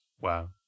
Wow